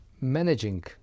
managing